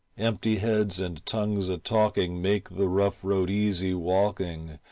empty heads and tongues a-talking make the rough road easy walking,